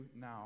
now